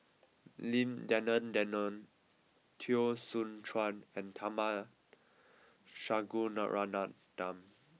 Lim Denan Denon Teo Soon Chuan and Tharman Shanmugaratnam